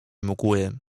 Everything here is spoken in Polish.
mgły